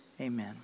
Amen